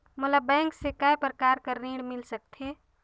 मोला बैंक से काय प्रकार कर ऋण मिल सकथे?